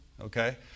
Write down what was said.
okay